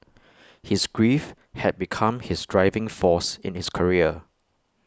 his grief had become his driving force in his career